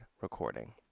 recording